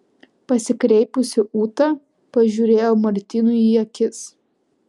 pasikreipusi ūta pažiūrėjo martynui į akis